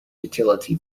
utility